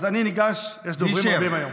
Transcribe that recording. אז אני ניגש היישר.